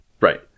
right